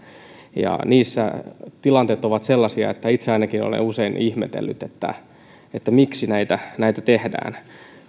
ja niissä tilanteet ovat sellaisia että itse ainakin olen usein ihmetellyt miksi näitä näitä tehdään